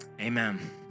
Amen